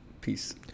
Peace